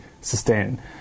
sustain